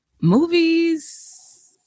movies